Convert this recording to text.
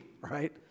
right